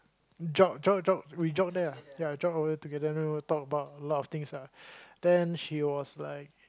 jog jog jog we jog there ah ya jog over together then we'll talk about a lot of things ah then she was like